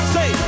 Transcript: Say